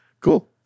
cool